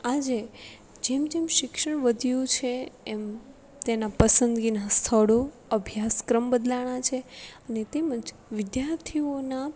આજે જેમ જેમ શિક્ષણ વધ્યું છે એમ તેના પસંદગીના સ્થળો અભ્યાસક્રમ બદલાયાં છે અને તેમજ વિદ્યાર્થીઓનાં